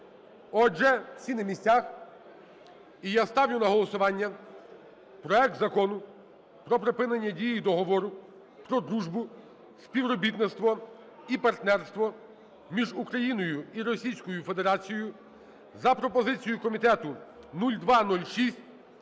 Отже, всі на місцях. І я ставлю на голосування проект Закону про припинення дії Договору про дружбу, співробітництво і партнерство між Україною і Російською Федерацією за пропозицією комітету (0206)